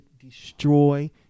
destroy